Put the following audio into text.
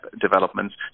developments